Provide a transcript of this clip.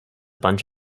bunch